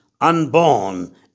unborn